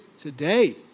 today